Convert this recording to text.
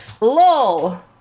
LOL